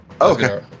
Okay